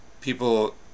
people